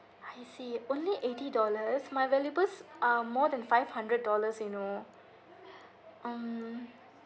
I see only eighty dollars my valuables are more than five hundred dollars you know um